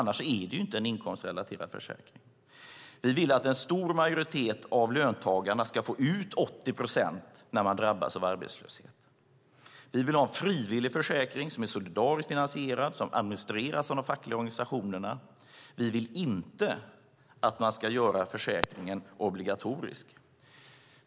Annars är det inte en inkomstrelaterad försäkring.